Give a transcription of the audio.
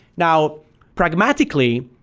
now pragmatically,